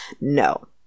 no